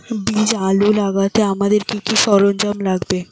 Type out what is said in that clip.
বীজ আলু লাগাতে আমাদের কি কি সরঞ্জাম লাগে?